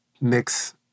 mix